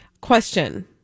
Question